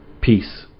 peace